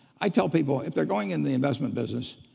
i tell people if they're going in the investment business,